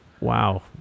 Wow